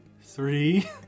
three